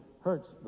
hurts